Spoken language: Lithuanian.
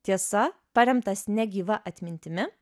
tiesa paremtas ne gyva atmintimi